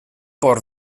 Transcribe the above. por